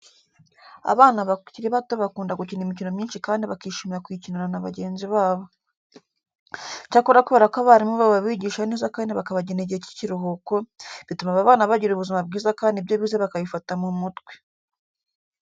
Abana bakiri bato bakunda gukina imikino myinshi kandi bakishimira kuyikinana na bagenzi babo. Icyakora kubera ko abarimu babo babigisha neza kandi bakabagenera igihe cy'ikiruhuko, bituma aba bana bagira ubuzima bwiza kandi ibyo bize bakabifata mu mutwe.